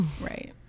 Right